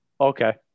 Okay